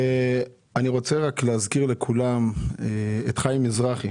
אני רוצה להזכיר לכולם את חיים מזרחי.